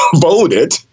voted